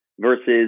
versus